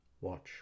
Watch